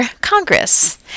Congress